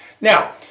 Now